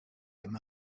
him